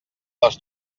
les